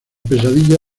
pesadilla